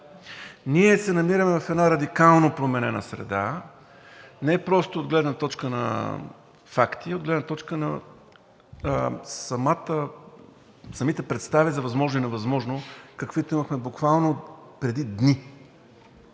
Ние се намираме в една радикално променена среда не просто от гледна точка на факти, а от гледна точка на самите представи за възможно и невъзможно, каквито имахме буквално преди дни.